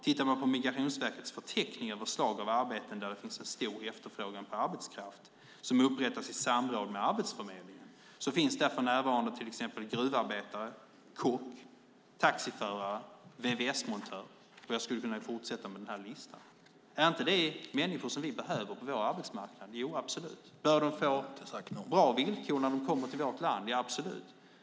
Tittar man på Migrationsverkets förteckning över arbeten där det finns stor efterfrågan på arbetskraft, upprättad i samråd med Arbetsförmedlingen, hittar man där för närvarande till exempel gruvarbetare, kock, taxiförare och VVS-montör. Jag skulle kunna fortsätta med den listan. Är inte det människor som vi behöver på vår arbetsmarknad? Jo, absolut! Bör de få bra villkor när de kommer till vårt land? Ja, absolut!